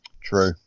true